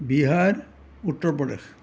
Bihar Uttar Pradesh